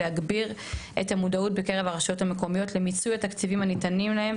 להגביר את המודעות בקרב הרשויות המקומיות למיצוי התקציבים הניתנים להן,